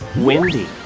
windy